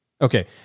Okay